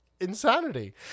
insanity